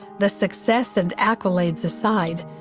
the success and accolades aside,